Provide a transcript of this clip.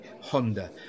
Honda